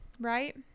right